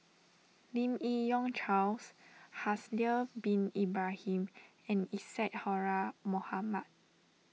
Lim Yi Yong Charles Haslir Bin Ibrahim and Isadhora Mohamed